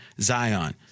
Zion